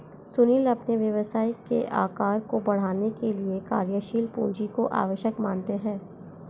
सुनील अपने व्यवसाय के आकार को बढ़ाने के लिए कार्यशील पूंजी को आवश्यक मानते हैं